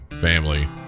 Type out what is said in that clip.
family